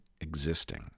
existing